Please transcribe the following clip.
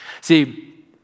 See